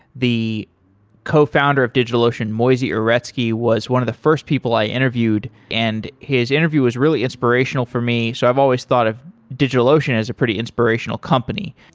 the cofounder of digitalocean, moisey uretsky, was one of the first people i interviewed and his interview is really inspirational for me, so i've always thought of digitalocean is a pretty inspirational company.